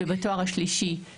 בתואר השלישי גם כ-20%,